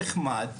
נחמד,